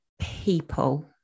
people